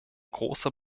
großer